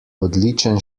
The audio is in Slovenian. odličen